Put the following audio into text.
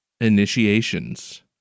Initiations